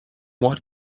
what